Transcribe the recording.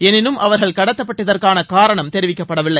எனினும் அவர்கள் கடத்தப்பட்டதற்கான காரணம் தெரியவில்லை